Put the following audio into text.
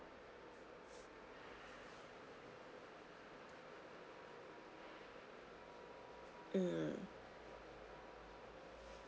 mm